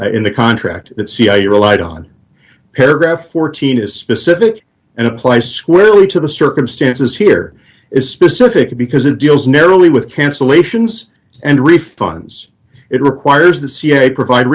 in the contract that cia relied on paragraph fourteen is specific and apply squarely to the circumstances here is specific because it deals narrowly with cancellations and refunds it requires the ca provide